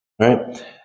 Right